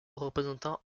représentants